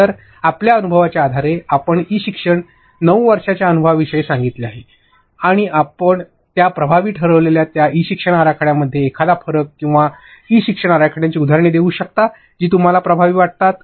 तर आपल्या अनुभवाच्या आधारे आपण ई शिक्षणाच्या ९ वर्षांच्या अनुभवाविषयी सांगितले आहे की आपण त्या प्रभावी ठरविलेल्या त्या ई शिक्षणाच्या आराखडया मध्ये एखादा फरक किंवा ई शिक्षण आराखडयाची उदाहरणे देऊ शकता जी तुम्हाला प्रभावी वाटतात